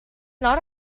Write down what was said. not